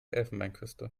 elfenbeinküste